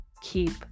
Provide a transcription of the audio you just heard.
keep